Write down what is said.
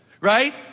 right